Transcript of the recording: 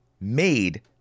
made